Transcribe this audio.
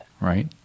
Right